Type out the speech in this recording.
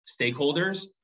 stakeholders